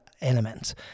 elements